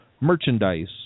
merchandise